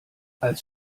als